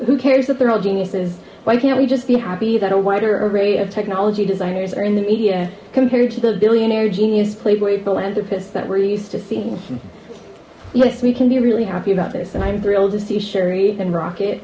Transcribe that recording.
who cares that they're all geniuses why can't we just be happy that a wider array of technology designers are in the media compared to the billionaire genius playboy philanthropist that were used to seeing yes we can be really happy about this and i'm thrilled to see sherry and rocket